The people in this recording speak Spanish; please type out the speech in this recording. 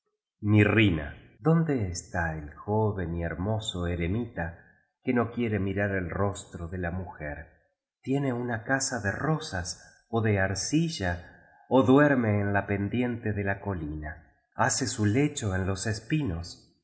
guian mirrina dónde está el joven y hermoso eremita que no quiere mirar el rostro de la mujer tiene una casa de rosas ó de arcilla ó duerme en la pendiente de la colina hace su lecho en los espinos